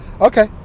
Okay